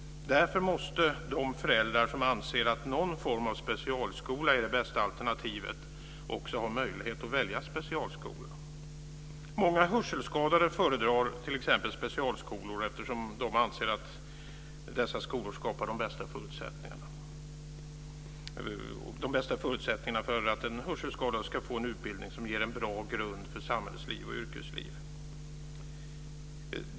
Därför måste de föräldrar som anser att någon form av specialskola är det bästa alternativet också ha möjlighet att välja specialskola för sina barn. Många hörselskadade föredrar t.ex. specialskolor eftersom de anser att dessa skolor skapar de bästa förutsättningarna för att den hörselskadade ska få en utbildning som ger en bra grund för samhällsliv och yrkesliv.